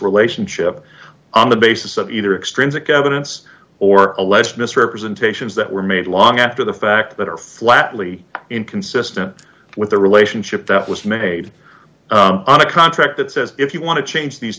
relationship on the basis of either extrinsic evidence or alleged misrepresentations that were made long after the fact that are flatly inconsistent with the relationship that was made on a contract that says if you want to change these